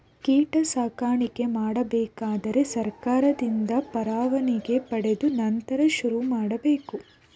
ಕೀಟ ಸಾಕಾಣಿಕೆ ಮಾಡಬೇಕಾದರೆ ಸರ್ಕಾರದಿಂದ ಪರವಾನಿಗೆ ಪಡೆದು ನಂತರ ಶುರುಮಾಡಬೇಕು